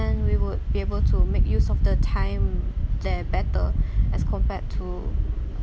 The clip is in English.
and we would be able to make use of the time there better as compared to